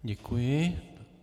Děkuji.